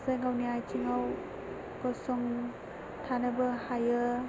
सासे गावनि आथिङाव गसंथानोबो हायो